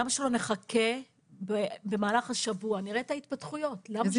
למה שלא נחכה ונראה את ההתפתחויות במהלך השבוע?